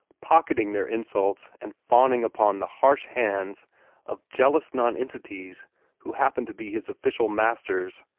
pocketing their insults and fawning upon the harsh hands of jealous nonentities who happened to be his official masters,